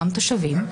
גם תושבים,